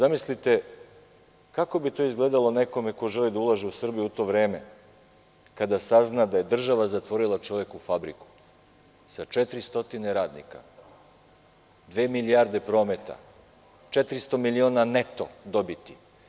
Kako bi to izgledalo nekome ko želi da ulaže u Srbiju u to vreme kada sazna da je država zatvorila čoveku fabriku sa 400 radnika, dve milijarde prometa, 400 miliona neto dobiti?